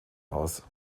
aus